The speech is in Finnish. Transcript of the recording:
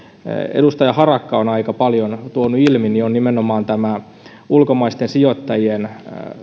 edustaja harakka on aika paljon tuonut ilmi on nimenomaan ulkomaisten sijoittajien